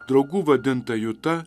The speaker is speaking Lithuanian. draugų vadinta juta